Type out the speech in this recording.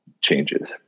changes